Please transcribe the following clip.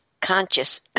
conscious